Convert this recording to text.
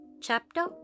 Chapter